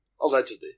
Allegedly